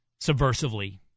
subversively